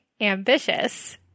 ambitious